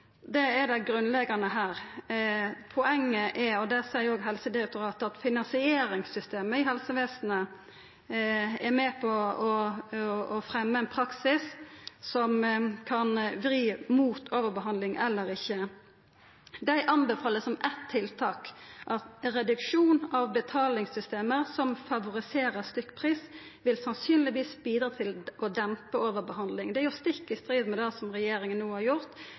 det er det grunnleggjande her. Poenget er – og det seier òg Helsedirektoratet – at finansieringssystemet i helsevesenet er med på å fremja ein praksis som kan vri mot overbehandling. Dei anbefaler som eitt tiltak at reduksjon av betalingssystem som favoriserer stykkpris, sannsynlegvis vil bidra til å dempa overbehandling. Det er stikk i strid med det regjeringa no har gjort